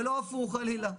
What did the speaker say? ולא הפוך חלילה.